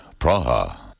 Praha